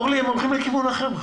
אורלי, הם הולכים לכיוון אחר בכלל.